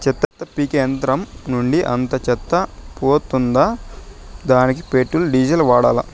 చెత్త పీకే యంత్రం నుండి అంతా చెత్త పోతుందా? దానికీ పెట్రోల్, డీజిల్ వాడాలా?